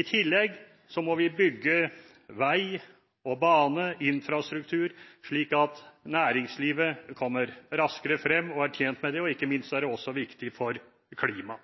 I tillegg må vi bygge vei og bane – infrastruktur – slik at næringslivet kommer raskere frem, som de er tjent med. Og ikke minst er det også viktig for klimaet.